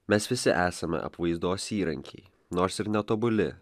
mes visi esame apvaizdos įrankiai nors ir netobuli